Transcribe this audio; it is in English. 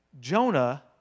Jonah